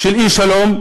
של אי-שלום?